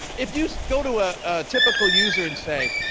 if you go to a typical user and say,